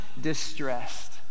distressed